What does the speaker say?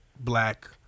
black